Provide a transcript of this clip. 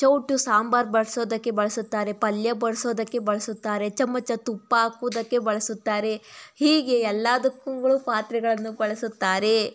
ಸೌಟು ಸಾಂಬಾರು ಬಡಿಸೋದಕ್ಕೆ ಬಳಸುತ್ತಾರೆ ಪಲ್ಯ ಬಡಿಸೋದಕ್ಕೆ ಬಳಸುತ್ತಾರೆ ಚಮಚ ತುಪ್ಪ ಹಾಕುವುದಕ್ಕೆ ಬಳಸುತ್ತಾರೆ ಹೀಗೆ ಎಲ್ಲದಕ್ಕೂ ಪಾತ್ರೆಗಳನ್ನು ಬಳಸುತ್ತಾರೆ